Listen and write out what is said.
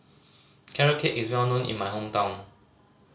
Carrot Cake is well known in my hometown